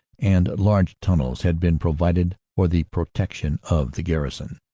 and large tunnels had been pro vided for the protection of the garrison.